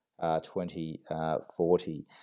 2040